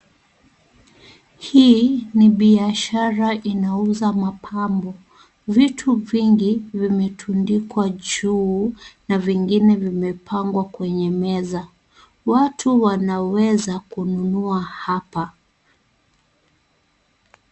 Hii ni biashara inauza mapambo, vitu vingi vimetundikwa juu na vingine vimepangwa kwenye meza, watu wanaweza kununua hapa.